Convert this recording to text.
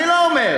אני לא אומר.